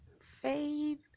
Faith